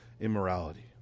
immorality